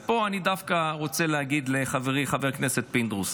ופה אני דווקא רוצה להגיד לחברי חבר הכנסת פינדרוס.